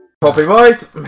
Copyright